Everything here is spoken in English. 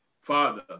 Father